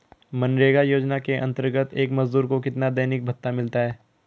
मनरेगा योजना के अंतर्गत एक मजदूर को कितना दैनिक भत्ता मिलता है?